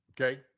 okay